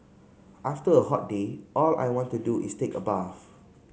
after a hot day all I want to do is take a bath